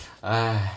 !haiya!